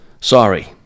sorry